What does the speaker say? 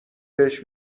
بهش